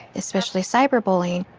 especially cyber bullying,